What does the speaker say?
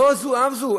לא זו אף זו,